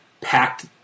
packed